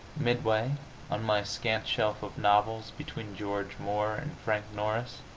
midway on my scant shelf of novels, between george moore and frank norris,